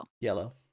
Yellow